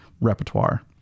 repertoire